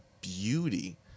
beauty